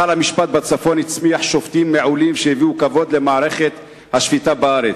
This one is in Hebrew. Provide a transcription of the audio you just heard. היכל המשפט בצפון הצמיח שופטים מעולים שהביאו כבוד למערכת השפיטה בארץ.